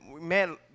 man